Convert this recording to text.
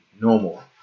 normal